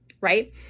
right